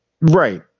right